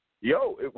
Yo